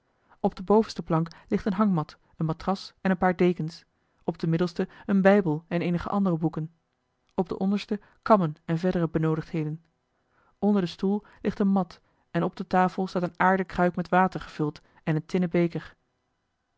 op de bovenste plank ligt een hangmat een matras en een paar dekens op de middelste een bijbel en eenige andere boeken op de onderste kammen en verdere benoodigheden onder den stoel ligt een mat en op de tafel staat een aarden kruik met water gevuld en een tinnen beker